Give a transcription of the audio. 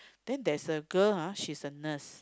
then there is a girl ha she is a nurse